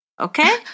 Okay